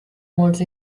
molts